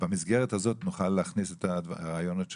במסגרת הזאת נוכל להכניס את הרעיונות שלך,